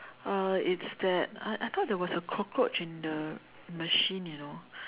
uh it's that I I thought that there was a cockroach in the machine you know